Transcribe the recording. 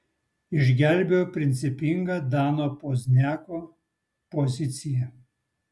išgelbėjo principinga dano pozniako pozicija